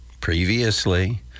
previously